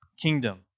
kingdom